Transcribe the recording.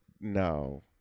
No